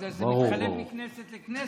בגלל שזה מתחלף מכנסת לכנסת.